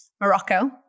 Morocco